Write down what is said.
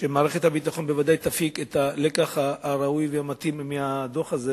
שמערכת הביטחון בוודאי תפיק את הלקח הראוי והמתאים מהדוח הזה,